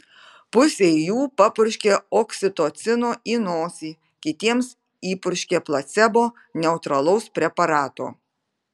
pusei jų papurškė oksitocino į nosį kitiems įpurškė placebo neutralaus preparato